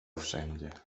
wszędzie